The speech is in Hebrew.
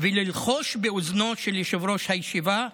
וללחוש באוזנו של יושב-ראש הישיבה.